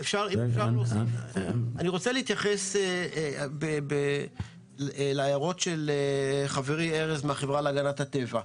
אני רוצה להתייחס להערות של חברי ארז מהחברה להגנת הטבע.